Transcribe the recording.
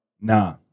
nah